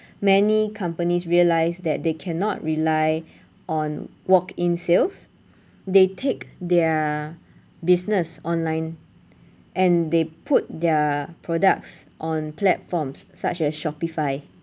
many companies realise that they cannot rely on walk-in sales they take their business online and they put their products on platforms such as shopify